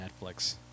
Netflix